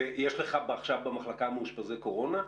יש לך עכשיו במחלקה מאושפזי קורונה?